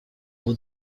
его